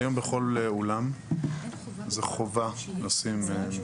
היום בכול אולם יש חובה לשים.